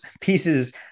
pieces